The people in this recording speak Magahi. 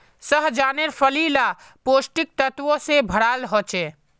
सह्जानेर फली ला पौष्टिक तत्वों से भराल होचे